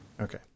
Okay